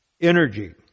energy